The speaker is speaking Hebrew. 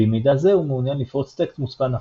ועם מידע זה הוא מעוניין לפרוץ טקסט מוצפן אחר.